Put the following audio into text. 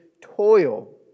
toil